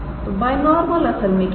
तो by normal असल में क्या है